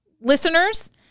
listeners